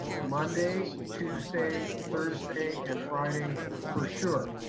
monday, tuesday, thursday, and friday for sure.